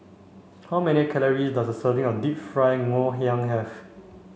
how many calories does a serving of Deep Fried Ngoh Hiang have